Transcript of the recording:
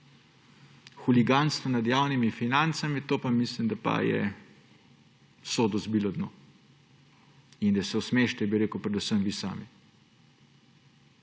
huliganstvo nad javnimi financami, to pa mislim, da je sodu zbilo dno in da se smešite predvsem vi sami.